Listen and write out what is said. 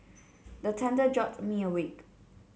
the thunder jolt me awake